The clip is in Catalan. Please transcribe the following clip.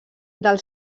del